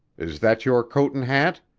is that your coat and hat?